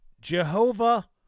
Jehovah